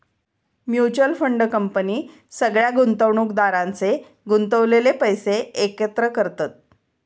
mutual fund company सगळ्या गुंतवणुकदारांचे गुंतवलेले पैशे एकत्र करतत